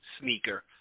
sneaker